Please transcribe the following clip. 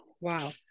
Wow